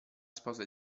sposa